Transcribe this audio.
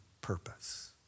purpose